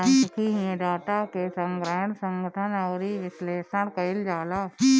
सांख्यिकी में डाटा के संग्रहण, संगठन अउरी विश्लेषण कईल जाला